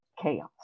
chaos